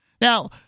Now